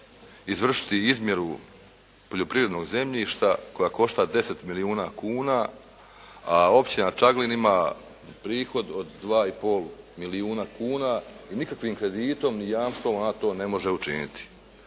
izvršiti izmjeru poljoprivrednog zemljišta koja košta 10 milijuna kuna, a općina Čaglin ima prihod od 2,5 milijuna kuna i nikakvim kreditom i jamstvom ona to ne može učiniti.